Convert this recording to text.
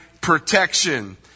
protection